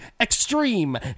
Extreme